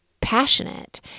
passionate